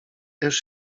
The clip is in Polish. też